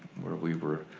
where we were